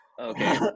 okay